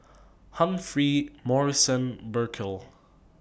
Humphrey Morrison Burkill